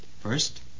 First